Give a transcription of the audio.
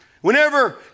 Whenever